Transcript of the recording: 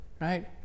right